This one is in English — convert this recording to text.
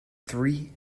three